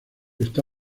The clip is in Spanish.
está